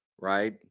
right